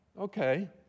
Okay